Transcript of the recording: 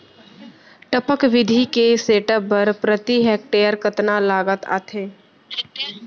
टपक विधि के सेटअप बर प्रति हेक्टेयर कतना लागत आथे?